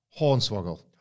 Hornswoggle